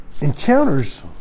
encounters